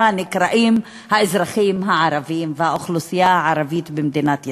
שנקראים האזרחים הערבים והאוכלוסייה הערבית במדינת ישראל.